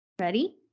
Ready